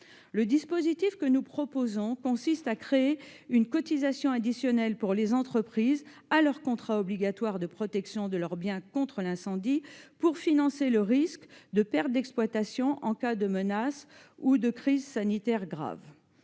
Le dispositif que nous proposons consiste à créer une cotisation additionnelle des entreprises à leur contrat obligatoire de protection de leurs biens contre l'incendie afin de financer le risque de pertes d'exploitation en cas de menace ou de crise sanitaire grave.